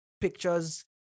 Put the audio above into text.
pictures